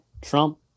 Trump